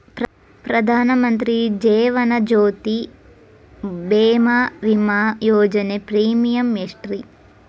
ಪ್ರಧಾನ ಮಂತ್ರಿ ಜೇವನ ಜ್ಯೋತಿ ಭೇಮಾ, ವಿಮಾ ಯೋಜನೆ ಪ್ರೇಮಿಯಂ ಎಷ್ಟ್ರಿ?